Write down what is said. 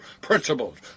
principles